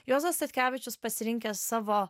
juozas statkevičius pasirinkęs savo